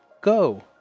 Go